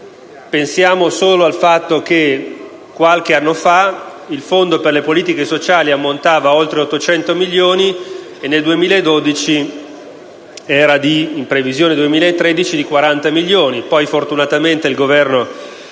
Pensiamo solo al fatto che qualche anno fa il Fondo per le politiche sociali ammontava a oltre 800 milioni di euro, mentre nel 2012, nel bilancio di previsione 2013, era di 40 milioni.